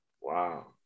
Wow